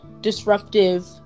disruptive